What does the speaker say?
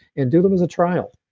and do them as a trial